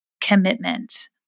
commitment